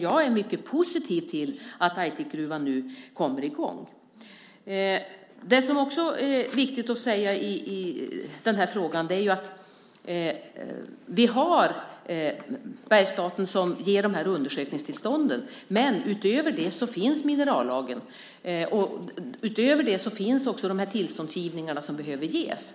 Jag är mycket positiv till att Aitikgruvan nu kommer i gång. Det är också viktigt att säga att vi har Bergsstaten som ger undersökningstillstånden. Utöver det finns minerallagen och de tillståndsgivningar som behöver ges.